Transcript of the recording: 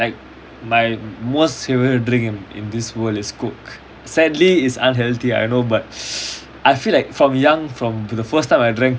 K like my most favourite drink in in this world is coke sadly it's unhealthy I know but I feel like from young from the first time I drank